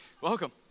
Welcome